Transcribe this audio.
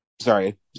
sorry